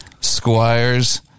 Squires